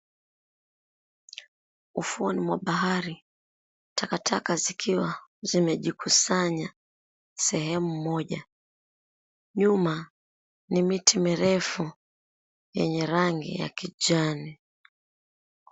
Ufuoni mwa bahari, takataka zikiwa zimejikusanya sehemu moja. Nyuma ni miti mirefu yenye rangi ya kijani.